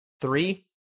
three